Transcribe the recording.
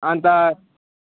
अन्त